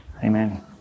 Amen